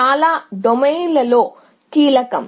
చాలా డొమైన్లలో ఇది కీలకం